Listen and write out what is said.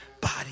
body